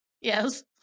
Yes